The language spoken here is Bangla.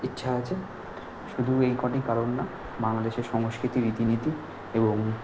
ইচ্ছা আছে শুধু এই কটি কারণ না বাংলাদেশের সংস্কৃতি রীতি নীতি এবং